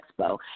expo